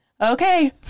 okay